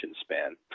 span